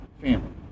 family